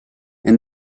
and